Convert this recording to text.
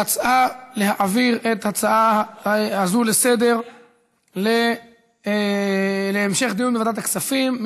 על ההצעה להעביר את ההצעה הזאת לסדר-היום להמשך דיון בוועדת הכספים.